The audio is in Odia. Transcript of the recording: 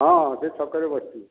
ହଁ ସେ ଛକରେ ବସିଛି